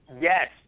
Yes